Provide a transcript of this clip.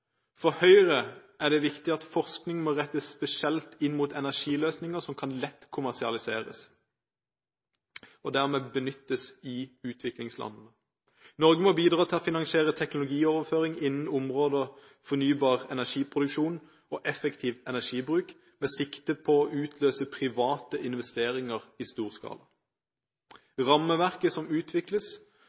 For Høyre er det viktig at forskning må rettes spesielt inn mot energiløsninger som lett kan kommersialiseres, og dermed benyttes i utviklingslandene. Norge må bidra til å finansiere teknologioverføring innen området fornybar energiproduksjon og effektiv energibruk med sikte på å utløse private investeringer i stor skala. Rammeverket som utvikles,